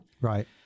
Right